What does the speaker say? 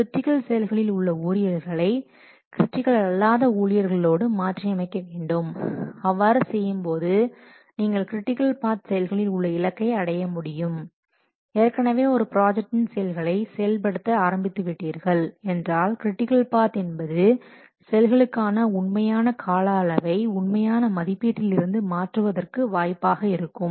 critical செயல்களில் உள்ள ஊழியர்களை கிரிட்டிக்கல் அல்லாத ஊழியர்களோடு மாற்றி அமைக்க வேண்டும் அவ்வாறு செய்யும்போது நீங்கள் கிரிட்டிக்கல் பாத் செயல்களில் உள்ள இலக்கை அடைய முடியும் ஏற்கனவே ஒரு ப்ராஜெக்டின் செயல்களை செயல்படுத்த ஆரம்பித்து விட்டீர்கள் என்றால் கிரிட்டிக்கல் பாத் என்பது செயல்களுக்கானஉண்மையான கால அளவை உண்மையான மதிப்பீட்டில் இருந்து மாற்றுவதற்கு வாய்ப்பாக இருக்கும்